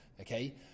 okay